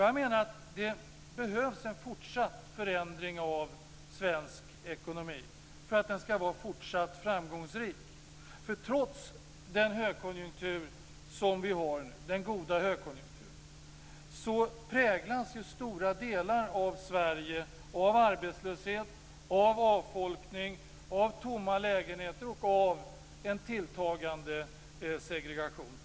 Jag menar att det behövs en fortsatt förändring av svensk ekonomi för att den ska fortsätta att vara framgångsrik. Trots den goda högkonjunktur som vi har nu, präglas stora delar av Sverige av arbetslöshet, avfolkning, tomma lägenheter och en tilltagande segregation.